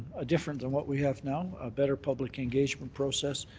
different than what we have now. a better public engagement process,